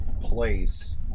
place